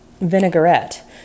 vinaigrette